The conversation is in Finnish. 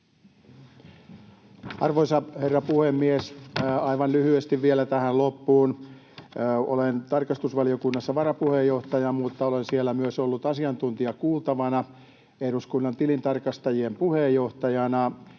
Arvoisa herra puhemies! Aivan lyhyesti vielä tähän loppuun: Olen tarkastusvaliokunnassa varapuheenjohtaja, mutta olen siellä myös ollut asiantuntijakuultavana eduskunnan tilintarkastajien puheenjohtajana,